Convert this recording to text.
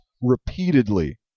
repeatedly